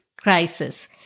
Crisis